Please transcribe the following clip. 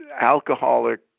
alcoholic